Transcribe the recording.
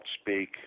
speak